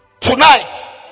Tonight